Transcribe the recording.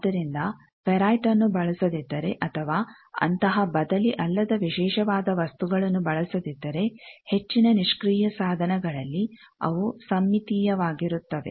ಆದ್ದರಿಂದ ಫೆರೈಟ್ನ್ನು ಬಳಸದಿದ್ದರೆ ಅಥವಾ ಅಂತಹ ಬದಲಿ ಅಲ್ಲದ ವಿಶೇಷವಾದ ವಸ್ತುಗಳನ್ನು ಬಳಸದಿದ್ದರೆ ಹೆಚ್ಚಿನ ನಿಷ್ಕ್ರಿಯ ಸಾಧನಗಳಲ್ಲಿ ಅವು ಸಮ್ಮಿತೀಯವಾಗಿರುತ್ತವೆ